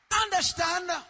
Understand